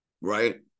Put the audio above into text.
right